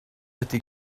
ydy